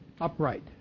upright